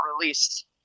released